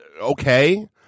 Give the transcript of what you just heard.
Okay